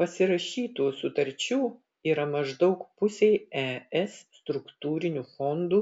pasirašytų sutarčių yra maždaug pusei es struktūrinių fondų